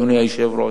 אדוני היושב-ראש.